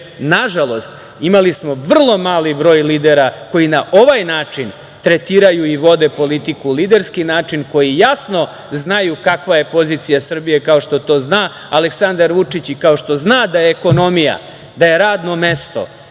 imali smo vrlo mali broj lidera koji na ovaj način tretiraju i vode politiku, liderski način, koji jasno znaju kakva je pozicija Srbije, kao što zna Aleksandar Vučić i kao što zna da je ekonomija, da je radno mesto,